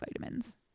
vitamins